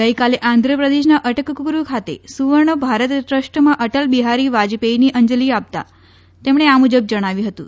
ગઈકાલે આંધ્રપ્રદેશના અટકકુરૂ ખાતે સુવર્ણ ભારત ટ્રસ્ટમાં અટલ બિહારી વાજપેઈને અંજલિ આપતા તેમણે આ મુજબ જણાવ્યું હતું